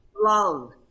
Love